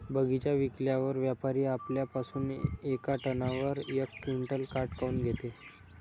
बगीचा विकल्यावर व्यापारी आपल्या पासुन येका टनावर यक क्विंटल काट काऊन घेते?